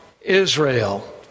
Israel